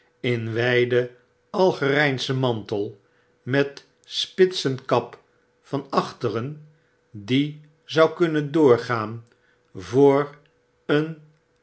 in wfiden algerijnschen mantel met spitsen kap van achtein diezou kunnen doorgaan voor een